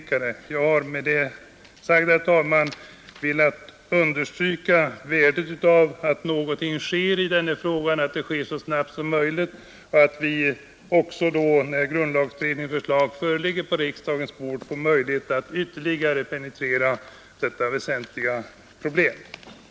On: sdagen de Jag har med det sagda, herr talman, velat understryka värdet av att 10 överntär 197] någonting sker i denna fråga, att det sker så snabbt som möjligt och att vi, när grundlagberedningens förslag föreligger på riksdagens bord, då Sänkning av röstockså får möjlighet att ytterligare penetrera detta väsentliga problem.